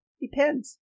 Depends